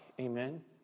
Amen